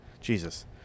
Jesus